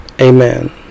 amen